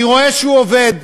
אני רואה שהוא עובד,